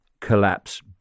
collapse